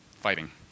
fighting